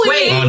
Wait